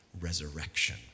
resurrection